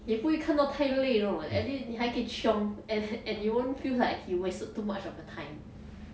你不会看到太累那种 at least 你还可以 chiong and and you won't feel like you wasted too much of your time